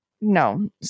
no